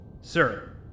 Sir